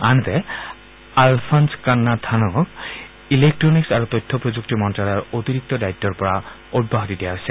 আনহাতে আলফন্ছ কান্নানথানমক ইলেকট্ৰনিক্ছ আৰু তথ্য প্ৰযুক্তি মন্ত্যালয়ৰ অতিৰিক্ত দায়িত্বৰ পৰা অব্যাহতি দিয়া হৈছে